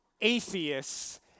atheists